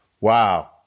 wow